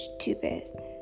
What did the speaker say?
stupid